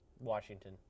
Washington